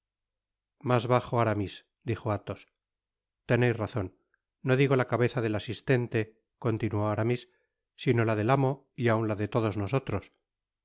mas bajo aramis dijo athos teneis razon no digo la cabeza del asistente continuó aramis sino la del amo y aun la de todos nosotros